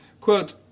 Quote